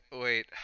wait